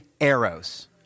arrows